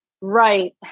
Right